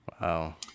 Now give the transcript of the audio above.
Wow